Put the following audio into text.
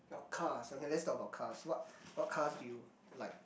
your cars okay let's talk about cars what what cars do you like